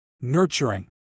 nurturing